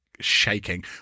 Shaking